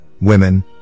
women